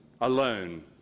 alone